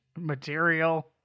material